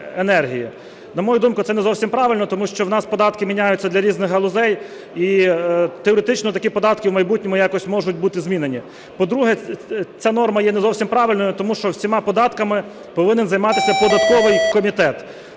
На мою думку, це не зовсім правильно тому що у нас податки міняються для різних галузей і теоретично такі податки в майбутньому якось можуть бути змінені. По-друге, ця норма є не зовсім правильною тому що всіма податками повинен займатися податковий комітет.